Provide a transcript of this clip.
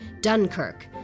Dunkirk